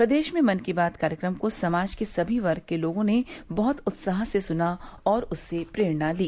प्रदेश में मन की बात कार्यक्रम को समाज के सभी वर्ग के लोगों ने बहुत उत्साह से सुना और उससे प्रेरणा ली